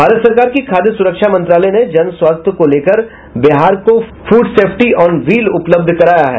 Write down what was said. भारत सरकार की खाद्य सुरक्षा मंत्रालय ने जन स्वास्थ्य को लेकर बिहार को फूड सेफ्टी ऑन व्हील उपलब्ध कराया है